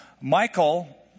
Michael